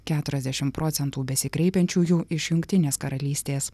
keturiasdešimt procentų besikreipiančiųjų iš jungtinės karalystės